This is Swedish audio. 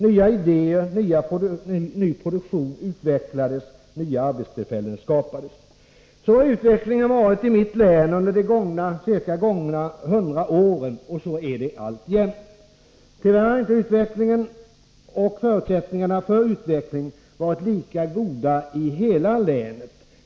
Nya idéer och ny produktion utvecklades, och nya arbetstillfällen skapades. Så har utvecklingen varit i mitt län ungefär under de senast gångna hundra åren, och så är det alltjämt. Men tyvärr har inte utvecklingen och förutsättningarna för utveckling varit lika goda i hela länet.